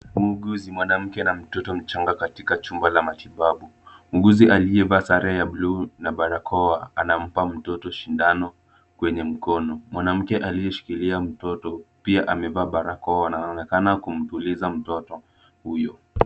Muuguzi mwanamke na mtoto mchanga katika chumba la matibabu. Muuguzi aliyevalia sare ya blue na barokoa anampa mtoto shindano kwenye mkono. Mwanamke aliyeshikilia mtoto pia amevaa barakoa na anaonekana kumtuliza mtoto huyo.